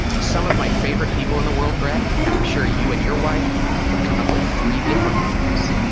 some of my favorite people in the world, brett, and i'm sure you and your wife would come up with three different ones.